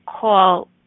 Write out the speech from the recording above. call